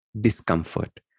discomfort